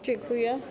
Dziękuję.